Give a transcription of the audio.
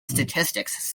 statistics